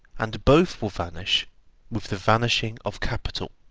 and both will vanish with the vanishing of capital.